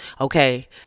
Okay